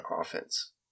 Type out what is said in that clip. offense